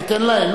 תיתן להם?